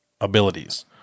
abilities